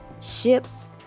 ships